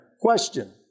Question